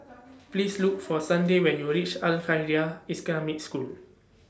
Please Look For Sunday when YOU REACH Al Khairiah School